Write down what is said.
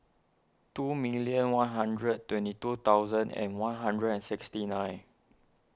two million one hundred twenty two thousand and one hundred and sixty nine